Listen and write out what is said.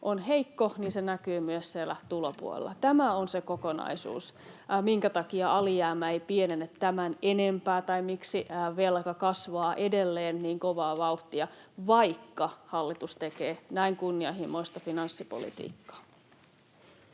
on heikko, niin se näkyy myös siellä tulopuolella. Tämä on se kokonaisuus, minkä takia alijäämä ei pienene tämän enempää tai miksi velka kasvaa edelleen niin kovaa vauhtia, vaikka hallitus tekee näin kunnianhimoista finanssipolitiikkaa.